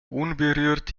unberührt